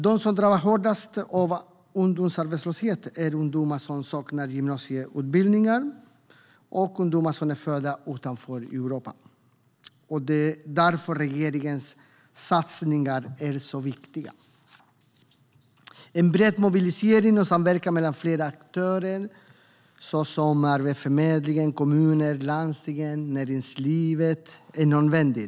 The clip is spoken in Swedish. De som drabbas hårdast av ungdomsarbetslösheten är ungdomar som saknar gymnasieutbildning och ungdomar som är födda utanför Europa. Därför är regeringens satsningar så viktiga. En bred mobilisering och samverkan mellan flera aktörer såsom Arbetsförmedlingen, kommunerna, landstingen och näringslivet är nödvändig.